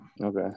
Okay